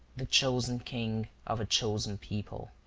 the chosen king of a chosen people.